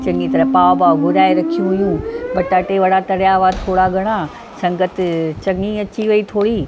चङी तरह पाव बाव घुराए रखियूं हुयूं बटाटे वड़ा तरिया हुआ थोरा घणा संगत चङी अची वेई थोरी